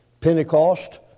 Pentecost